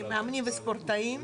מאמנים וספורטאים.